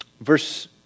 Verse